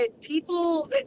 people